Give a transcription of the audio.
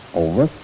over